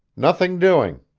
nothing doing.